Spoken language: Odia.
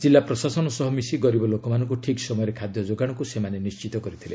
ଜିଲ୍ଲା ପ୍ରଶାସନ ସହ ମିଶି ଗରିବ ଲୋକମାନଙ୍କୁ ଠିକ୍ ସମୟରେ ଖାଦ୍ୟ ଯୋଗାଣକ୍ତ ସେମାନେ ନିଶ୍ଚିତ କରିଥିଲେ